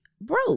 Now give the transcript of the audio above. broke